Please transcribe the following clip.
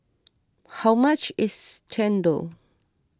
how much is Chendol